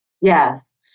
Yes